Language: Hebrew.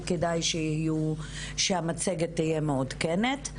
וכדאי שהמצגת תהיה מעודכנת.